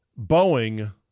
Boeing